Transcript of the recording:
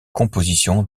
compositions